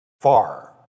far